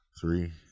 three